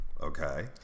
Okay